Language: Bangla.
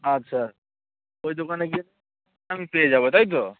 আচ্ছা ওই দোকানে গিয়ে আমি পেয়ে যাবো তাই তো